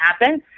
happen